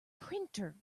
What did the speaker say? printer